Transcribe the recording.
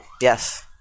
Yes